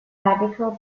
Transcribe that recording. radical